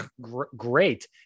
Great